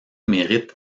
mérite